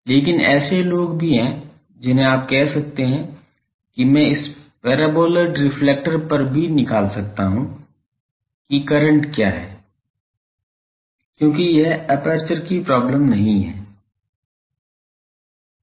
लेकिन ऐसे लोग भी हैं जिन्हें आप कह सकते हैं कि मैं इस पैराबोलॉइड रिफ्लेक्टर पर भी निकाल सकता हूं कि करंट क्या है क्योंकि यह एपर्चर की प्रॉब्लम नहीं है